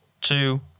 two